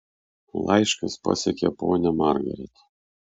laiškas pasiekė ponią margaret